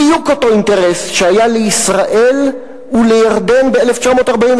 בדיוק אותו אינטרס שהיה לישראל ולירדן ב-1948,